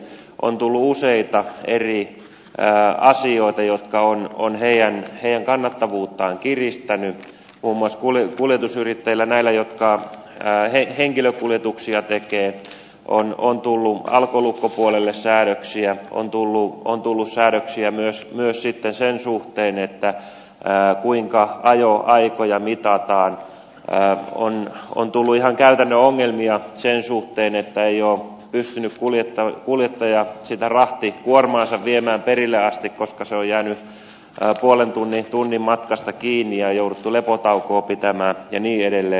on tullut useita eri asioita jotka ovat heidän kannattavuuttaan kiristäneet muun muassa näillä kuljetusyrittäjillä jotka henkilökuljetuksia tekevät on tullut alkolukkopuolelle säädöksiä on tullut säädöksiä myös sen suhteen kuinka ajoaikoja mitataan on tullut ihan käytännön ongelmia sen suhteen että ei ole kuljettaja pystynyt sitä rahtikuormaansa viemään perille asti koska se on jäänyt puolen tunnin tunnin matkasta kiinni ja jouduttu lepotaukoa pitämään ja niin edelleen